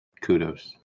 kudos